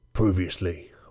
Previously